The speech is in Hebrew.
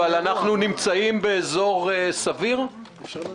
אבל אנחנו נמצאים באזור סביר או שצריכה להיות עוד הגדלה?